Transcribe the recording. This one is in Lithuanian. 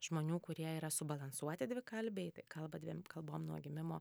žmonių kurie yra subalansuoti dvikalbiai kalba dviem kalbom nuo gimimo